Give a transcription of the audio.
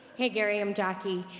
hey gary i'm jackie,